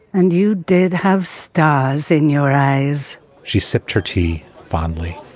and you did have stars in your eyes she sipped her tea fondly